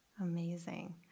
Amazing